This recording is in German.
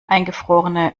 eingefrorene